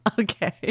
Okay